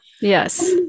Yes